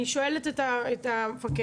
אני שואלת את המפקד.